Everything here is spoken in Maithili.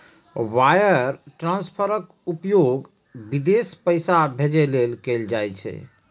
वायर ट्रांसफरक उपयोग विदेश पैसा भेजै लेल कैल जाइ छै